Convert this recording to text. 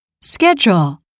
Schedule